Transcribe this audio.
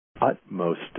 utmost